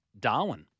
Darwin